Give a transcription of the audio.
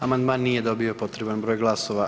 Amandman nije dobio potreban broj glasova.